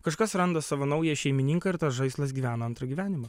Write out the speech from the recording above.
kažkas randa savo naują šeimininką ir tas žaislas gyvena antrą gyvenimą